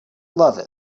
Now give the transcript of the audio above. love